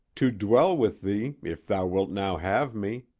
to dwell with thee if thou wilt now have me,